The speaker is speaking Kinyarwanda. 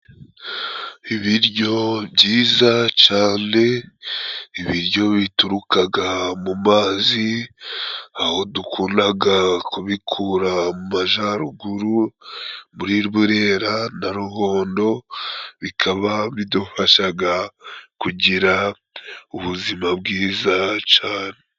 Ibiryo byiza cane, ibiryo biturukaga mu mazi aho dukundaga kubikura mu majaruguru muri Burera na Ruhondo, bikaba bidufashaga kugira ubuzima bwiza cane.